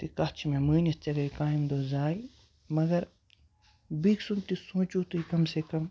تہٕ کَتھ چھِ مےٚ مٲنِتھ ژے گے کامہِ دۄہ زایہِ مگر بیٚک سُنٛد تہِ سونٛچِو تُہۍ کَم سے کَم